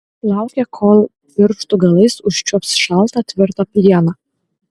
laukė kol pirštų galais užčiuops šaltą tvirtą plieną